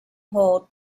hold